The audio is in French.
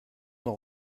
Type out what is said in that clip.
d’en